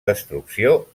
destrucció